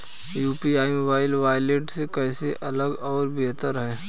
UPI mobile wallet से कैसे अलग और बेहतर है?